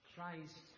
Christ